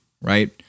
right